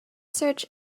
search